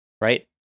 right